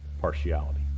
partiality